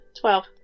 Twelve